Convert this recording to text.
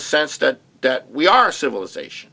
a sense that that we are civilization